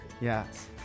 yes